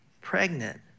pregnant